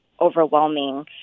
overwhelming